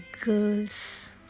girls